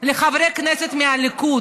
לחברי הכנסת מהליכוד: